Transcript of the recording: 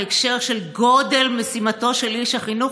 בהקשר של גודל משימתו של איש החינוך,